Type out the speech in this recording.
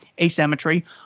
asymmetry